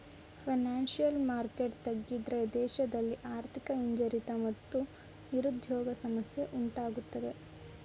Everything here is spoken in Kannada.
ಫೈನಾನ್ಸಿಯಲ್ ಮಾರ್ಕೆಟ್ ತಗ್ಗಿದ್ರೆ ದೇಶದಲ್ಲಿ ಆರ್ಥಿಕ ಹಿಂಜರಿತ ಮತ್ತು ನಿರುದ್ಯೋಗ ಸಮಸ್ಯೆ ಉಂಟಾಗತ್ತದೆ